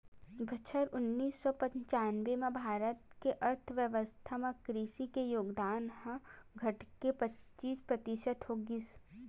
बछर उन्नीस सौ पंचानबे म भारत के अर्थबेवस्था म कृषि के योगदान ह घटके पचीस परतिसत हो गिस